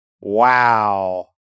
Wow